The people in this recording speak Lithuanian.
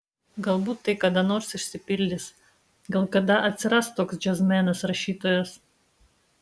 galbūt tai kada nors išsipildys gal kada atsiras toks džiazmenas rašytojas